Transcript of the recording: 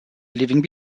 leaving